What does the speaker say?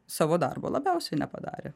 savo darbo labiausiai nepadarė